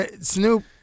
Snoop